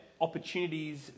opportunities